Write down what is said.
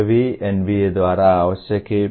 यह भी NBA द्वारा आवश्यक है